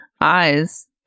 eyes